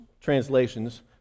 translations